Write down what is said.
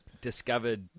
discovered